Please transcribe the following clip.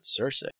Cersei